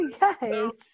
yes